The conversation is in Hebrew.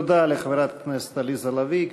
תודה לחברת הכנסת עליזה לביא.